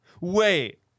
Wait